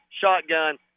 shotgun